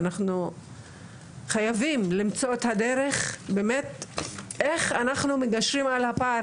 אנחנו חייבים למצוא את הדרך איך אנחנו מגשרים על הפער